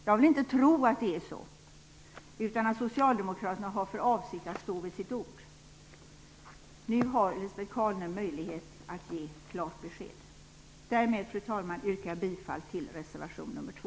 Jag vill inte tro att det är så, utan att socialdemokraterna har för avsikt att stå vid sitt ord. Nu har Lisbet Calner en möjlighet att ge klart besked. Därmed, fru talman, yrkar jag bifall till reservation nr 2.